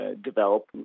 develop